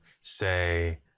Say